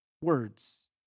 words